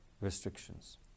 restrictions